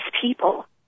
people